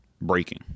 breaking